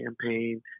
campaign